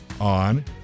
on